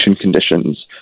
conditions